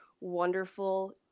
wonderful